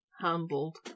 handled